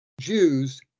Jews